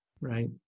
right